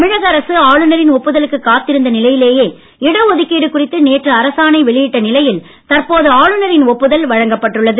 தமிழக அரசு ஆளுநரின் ஒப்புதலுக்கு காத்திருந்த நிலையிலேயே இடஒதுக்கீடு குறித்து நேற்று அரசாணை வெளியிட்ட நிலையில் தற்போது ஆளுநரின் ஒப்புதல் வழங்கப்பட்டுள்ளது